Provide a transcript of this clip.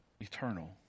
eternal